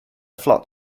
flock